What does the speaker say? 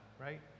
right